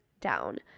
down